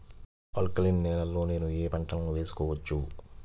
Alkaline నేలలో నేనూ ఏ పంటను వేసుకోవచ్చు?